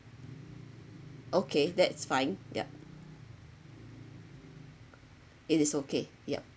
okay that's fine yup it is okay yup